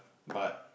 but